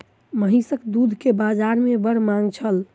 महीसक दूध के बाजार में बड़ मांग छल